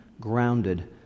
grounded